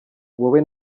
wowe